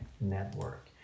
network